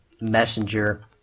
Messenger